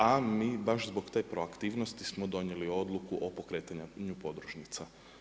A mi baš zbog te proaktivnosti smo donijeli odluku o pokretanju podružnica.